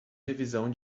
revisão